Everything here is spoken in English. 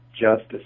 justice